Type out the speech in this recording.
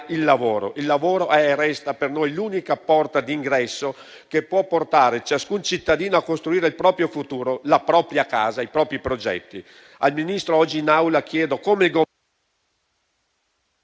il lavoro. Il lavoro è e resta per noi l'unica porta d'ingresso che può portare ciascun cittadino a costruire il proprio futuro, la propria casa, i propri progetti. Al signor Ministro in Aula chiedo come il Governo